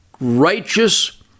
righteous